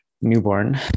newborn